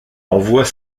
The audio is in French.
envoie